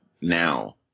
Now